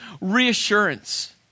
reassurance